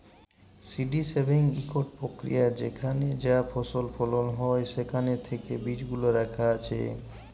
seed saving ইকট পক্রিয়া যেখালে যা ফসল ফলল হ্যয় সেখাল থ্যাকে বীজগুলা বাছে রাখা